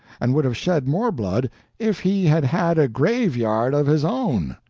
and would have shed more blood if he had had a graveyard of his own.